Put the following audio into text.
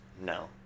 no